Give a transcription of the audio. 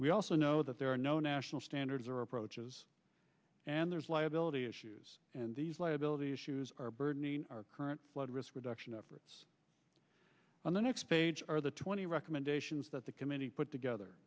we also know that there are no national standards or approaches and there's liability issues and these liability issues are burdening our current flood risk reduction efforts on the next page or the twenty recommendations that the committee put together